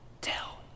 tell